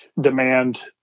demand